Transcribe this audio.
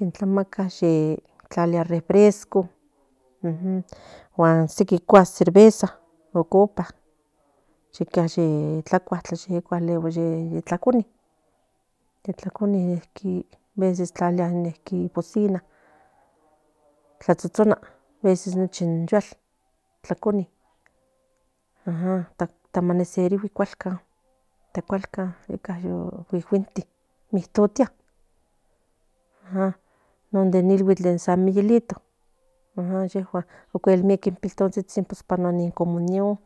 ye tlalilia in refrescos sequi cerveza o cosas luego se tlacuni veces tlalia pues in bocina tlatsotsona nochi in yuatl tlanuayl amaneceriguis asta cualcan non de nieguen de san miguelito miek in pipiltontsitsin panue ni comunión